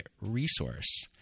resource